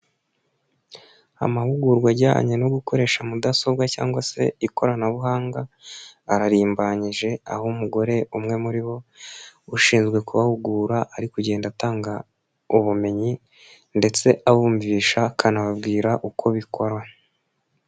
Amahugurwa ajyanye no gukoresha mudasobwa cyangwa se ikoranabuhanga, ararimbanyije, aho umugore umwe muri bo ushinzwe kubahugura, ari kugenda atanga ubumenyi ndetse abumvisha akanababwira uko bikora.